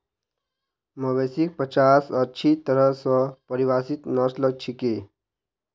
मवेशिक पचास अच्छी तरह स परिभाषित नस्ल छिके